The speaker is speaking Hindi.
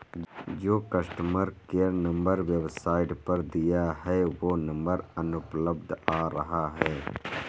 जो कस्टमर केयर नंबर वेबसाईट पर दिया है वो नंबर अनुपलब्ध आ रहा है